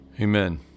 Amen